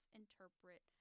interpret